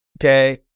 okay